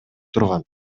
турган